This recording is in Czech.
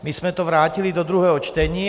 My jsme to vrátili do druhého čtení.